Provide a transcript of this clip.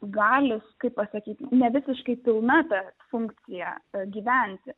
gali kaip pasakyt ne visiškai pilna ta funkcija gyventi